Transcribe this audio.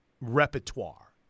repertoire